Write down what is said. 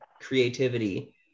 creativity